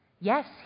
Yes